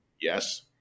Yes